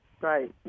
Right